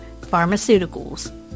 pharmaceuticals